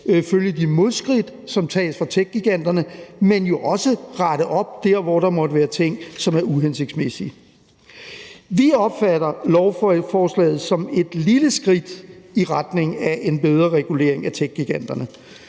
følge de modskridt, som tages af techgiganterne, men jo også rette op dér, hvor der måtte være ting, som er uhensigtsmæssige. Vi opfatter lovforslaget som et lille skridt i retning af en bedre regulering af techgiganterne